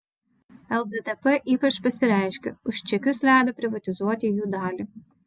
lddp ypač pasireiškė už čekius leido privatizuoti jų dalį